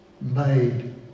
made